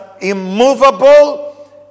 immovable